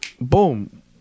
boom